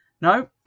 no